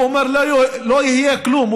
הוא אומר: לא יהיה כלום,